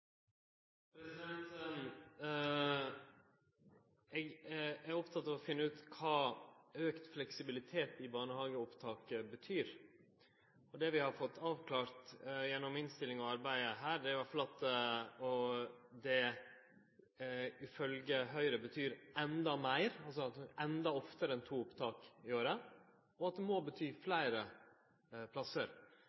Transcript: er oppteken av å finne ut kva auka fleksibilitet i barnehageopptaket betyr. Det vi har fått avklart gjennom arbeidet med innstillinga, er i alle fall at det, ifølgje Høgre, betyr endå fleire enn to opptak i året, og at det må bety